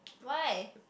why